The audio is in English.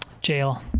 Jail